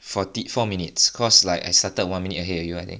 forty four minutes cause like I started one minute ahead of you I think